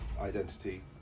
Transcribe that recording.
identity